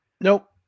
Nope